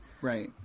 Right